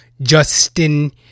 Justin